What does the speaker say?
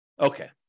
Okay